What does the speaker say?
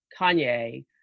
kanye